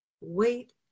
wait